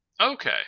Okay